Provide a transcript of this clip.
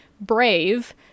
brave